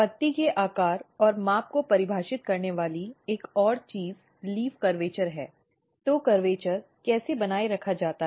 पत्ती के आकार और माप को परिभाषित करने वाली एक और चीज पत्ती कर्वेचर् है तोकर्वेचर् कैसे बनाए रखा जाता है